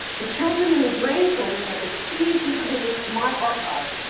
the children and the grandchildren of the key contributors to my archive,